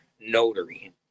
notary